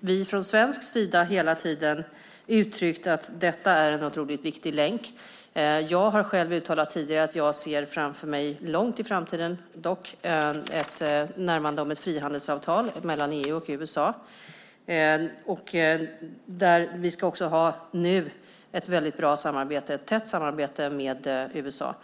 vi från svensk sida hela tiden uttryckt att detta är en otroligt viktig länk. Jag har själv tidigare uttalat att jag ser framför mig - dock långt in i framtiden - ett närmande om ett frihandelsavtal mellan EU och USA. Vi ska nu ha ett tätt samarbete med USA.